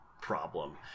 problem